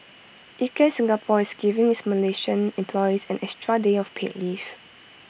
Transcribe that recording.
Ikea Singapore is giving its Malaysian employees an extra day of paid leave